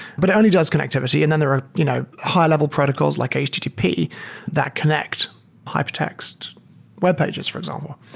but it only does connectivity and then there are you know high-level protocols like http that connect hypertext webpages, for example.